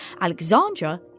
Alexandra